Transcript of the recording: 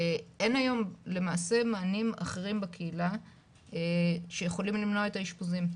אין היום למעשה מענים אחרים בקהילה שיכולים למנוע את האשפוזים.